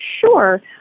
Sure